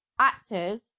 actors